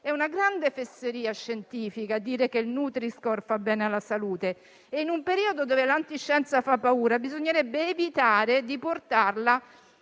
è una grande fesseria scientifica dire che il nutri-score fa bene alla salute. In un periodo in cui l'anti-scienza fa paura, bisognerebbe evitare di portarla